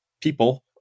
people